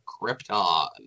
Krypton